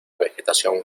vegetación